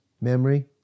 Memory